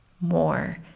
more